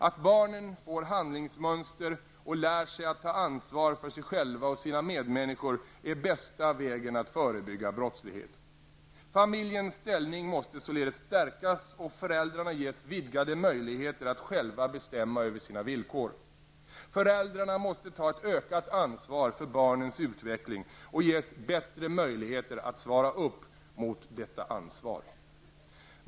Att barnen får handlingsmönster och lär sig att ta ansvar för sig själva och sina medmänniskor är bästa vägen att förebygga brottslighet. Familjens ställning måste således stärkas och föräldrarna ges vidgade möjligheter att själva bestämma över sina villkor. Föräldrarna måste ta ett ökat ansvar för barnens utveckling och ges bättre möjligheter att svara upp mot detta ansvar.